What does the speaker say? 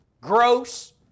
gross